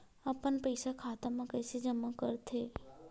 अपन पईसा खाता मा कइसे जमा कर थे?